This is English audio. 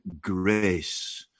grace